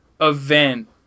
event